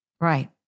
Right